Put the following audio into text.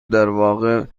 درواقع